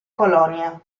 colonia